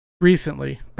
recently